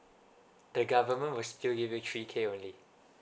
the government will still give you three K only